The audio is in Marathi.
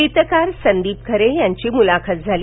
गीतकार संदिप खरे यांची मुलाखत झाली